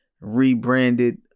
rebranded